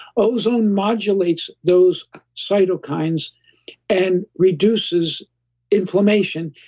ozone modulates those cytokines and reduces inflammation.